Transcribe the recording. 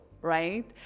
right